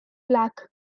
black